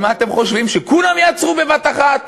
אבל מה אתם חושבים, שכולם יעצרו בבת-אחת?